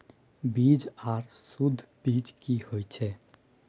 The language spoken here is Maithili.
बीज आर सुध बीज की होय छै?